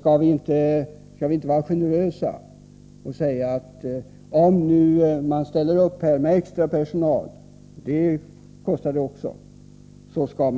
Skall vi inte vara generösa och säga att om man nu ställer upp med extra personal — och detta kostar ju också — så skall